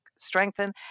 Strengthen